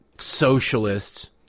socialists